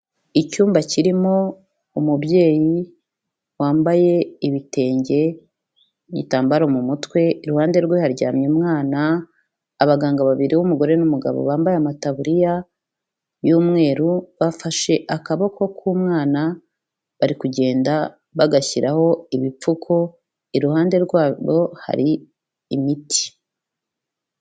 Icyumba kirimo umubyeyi wambaye ibitenge, n'igitambaro mu mutwe, iruhande rwe haryamye umwana, abaganga babiri uw'umugore n'umugabo bambaye amataburiya y'umweru, bafashe akaboko k'umwana bari kugenda bagashyiraho ibipfuko, iruhande rwabo hari imiti.